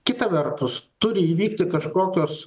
kita vertus turi įvykti kažkokios